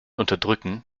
unterdrücken